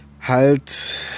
halt